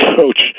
coach